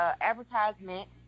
advertisement